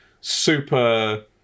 super